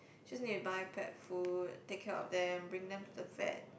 just need to buy pet food take care of them bring them to the vet